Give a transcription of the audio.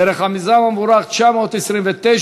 דרך המיזם המבורך 929,